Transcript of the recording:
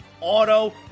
auto